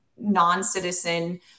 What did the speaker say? non-citizen